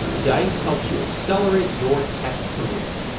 dice helps you accelerate your tech career.